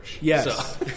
Yes